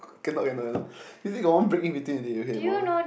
cannot cannot cannot you see got one break in between already okay one